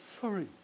sorry